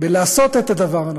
בלעשות את הדבר הנכון.